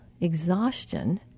exhaustion